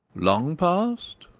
long past?